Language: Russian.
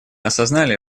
осознали